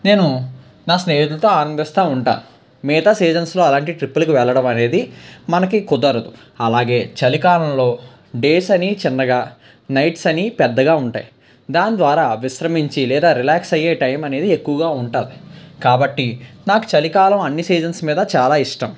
నేను నా స్నేహితులతో ఆనందిస్తా ఉంటాను మిగితా సీజన్స్లో అలాంటి ట్రిప్లకి వెళ్ళడం అనేది మనకి కుదరదు అలాగే చలికాలంలో డేస్ అని చిన్నగా నైట్స్ అని పెద్దగా ఉంటాయి దాని ద్వారా విశ్రమించి లేదా రిలాక్స్ అయ్యే టైమ్ అనేది ఎక్కువగా ఉంటుంది కాబట్టి నాకు చలికాలం అన్ని సీజన్స్ మీద చాలా ఇష్టం